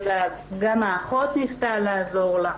גם האחות ניסתה לעזור לה.